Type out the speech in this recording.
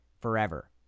Forever